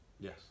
Yes